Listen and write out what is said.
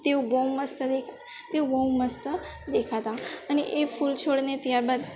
તેઓ બહુ મસ્ત દે તેઓ બહુ મસ્ત દેખાતાં અને એ ફૂલ છોડને ત્યારબાદ